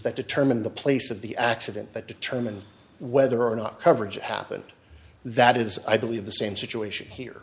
that determine the place of the accident that determines whether or not coverage happened that is i believe the same situation here